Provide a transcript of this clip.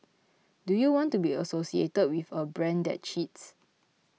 do you want to be associated with a brand that cheats